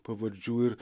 pavardžių ir